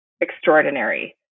extraordinary